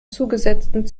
zugesetzten